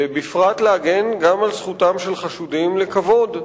ובפרט להגן על זכותם של חשודים לכבוד.